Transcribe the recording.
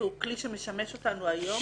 והוא כלי שמשמש אותנו היום